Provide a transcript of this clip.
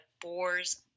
boar's